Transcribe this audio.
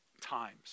times